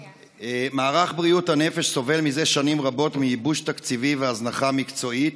מערך בריאות הנפש סובל זה שנים רבות מייבוש תקציבי והזנחה מקצועית,